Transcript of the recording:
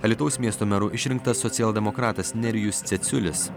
alytaus miesto meru išrinktas socialdemokratas nerijus ceciulis